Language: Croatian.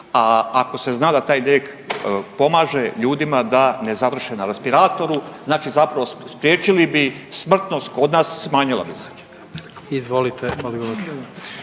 a ako se zna da taj lijek pomaže ljudima da ne završe na respiratoru znači zapravo spriječili bi smrtnost kod nas smanjila bi se?